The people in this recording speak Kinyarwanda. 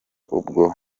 ubwo